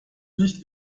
nicht